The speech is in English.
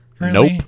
Nope